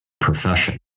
profession